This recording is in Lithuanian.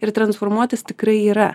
ir transformuotis tikrai yra